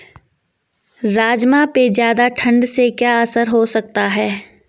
राजमा पे ज़्यादा ठण्ड से क्या असर हो सकता है?